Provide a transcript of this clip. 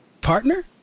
partner